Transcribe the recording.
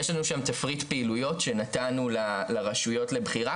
יש לנו שם תפריט פעילויות שנתנו לרשויות לבחירה,